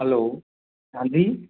hello हाँ जी